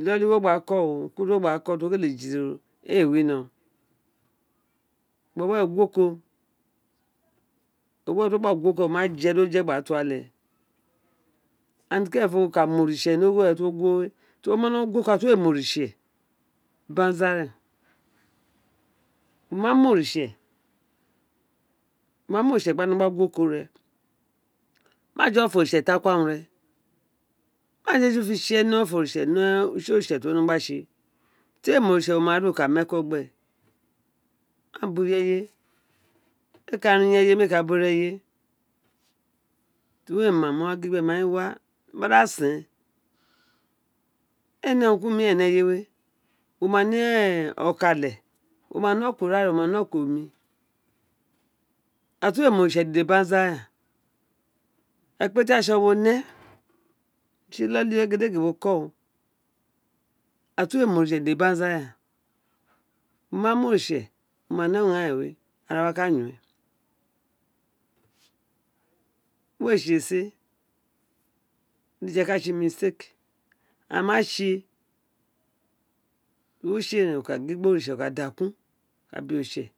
ikoli wo wa gba ko o ukurun lin gba ko o̱ ubo bi wo kele jere̱ re éè lui no gbi eeyo re ghwo ọkọ ẹwọ rẹện to luo gba gu wo ọkọ woma je di wo je gba to ale tsinfo wo ka ini oritse tr uwo gba nọ guwo ọkọ tori wo ma no gu wo ọkọ gin wo mi oritse luo ma mo oritse gin wo no gbi guwo oko re majedi ofo oritse ten ni arun re ma jedi ojufi do tse ee nr urun oritse ni utse oritse tr uwo nr o tse tori ortse wo ma ri wo dokpe gbe ma be ireye ini yo ka rin ireyey ti mi a ah mo wa ghi ghe gin do wa mo gin gbe gin do wa mo ma da sen ee ni urun ku urun omiren ni eye wo ma ni ee oko ale wo ma ni oko omi ira ti uuo ene oritse dede beasa reen ekpietin atso wo ne tsi ni egedege wo ko o ira te uwo ee ma oritse gege ibansa reen wo ma mo oritse wo ma ne urun ghaan ren ara wo ka yon we we tsi ee si ee gidiye ka tsi ma tse di utse ren a ka da kun gba gin gba oritse gba da gin gbi oritse gba da kun gba br oritse